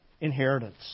inheritance